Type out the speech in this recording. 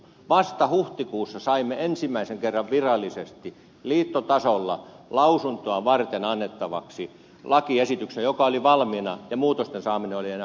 vasta huhtikuussa saimme ensimmäisen kerran virallisesti liittotasolla lausuntoa varten lakiesityksen joka oli valmiina ja muutosten saaminen oli enää mahdotonta